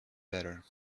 better